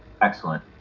Excellent